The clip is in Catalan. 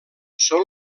són